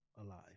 alive